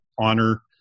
honor